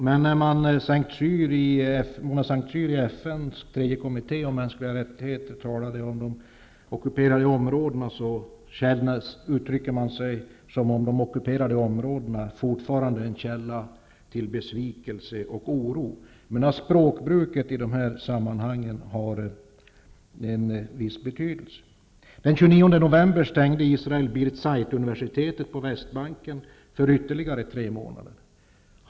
Men när sedan Mona S:t Cyr i FN:s tredje kommitté för mänskliga rättigheter talade om de ockuperade områdena uttryckte hon sig som om de ockuperade områdena fortfarande bara är en källa till besvikelse och oro. Språkbruket har i detta sammanhang en viss betydelse. Den 29 november stängde Israel Bir-Zeituniversitetet på Västbanken för ytterligare tre månader.